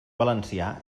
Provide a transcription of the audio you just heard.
valencià